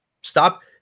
stop